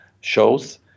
shows